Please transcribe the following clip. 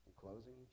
closing